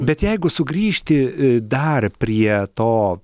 bet jeigu sugrįžti dar prie to